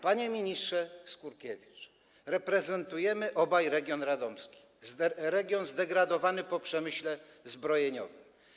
Panie ministrze Skurkiewicz, reprezentujemy obaj region radomski, region zdegradowany po przemyśle zbrojeniowym.